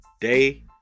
day